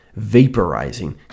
vaporizing